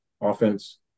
offense